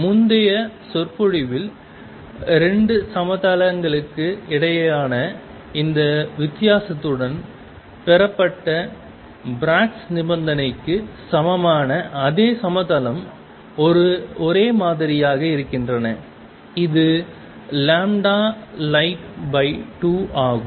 முந்தைய சொற்பொழிவில் 2 சம தளங்களுக்கு இடையேயான இந்த வித்தியாசத்துடன் பெறப்பட்ட பிராக்ஸ் நிபந்தனைக்கு சமமான அதே சமதளம் ஒரே மாதிரியாக இருக்கின்றன இது light2ஆகும்